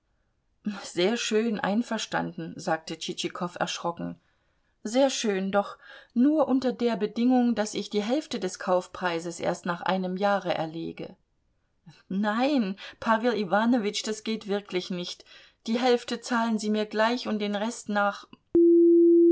sehr schön einverstanden sagte tschitschikow erschrocken sehr schön doch unter der bedingung daß ich die hälfte des kaufpreises erst nach einem jahre erlege nein pawel iwanowitsch das geht wirklich nicht die hälfte zahlen sie mir gleich und den rest nach